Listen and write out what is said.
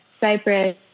Cyprus